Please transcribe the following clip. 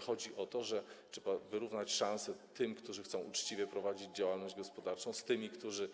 Chodzi tu też jednak o to, że trzeba wyrównać szanse tych, którzy chcą uczciwie prowadzić działalność gospodarczą, i tych, który